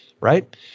right